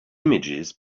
images